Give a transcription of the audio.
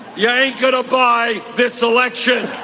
yeah. good guy. this election